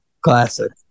Classic